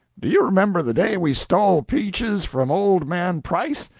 do you remember the day we stole peaches from old man price,